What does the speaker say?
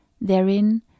therein